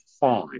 fine